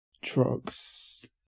Drugs